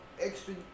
extra